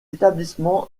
établissements